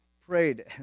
prayed